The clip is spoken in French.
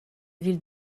ville